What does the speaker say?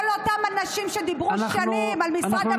כל אותם אנשים שדיברו שנים על משרד הבריאות.